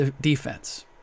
defense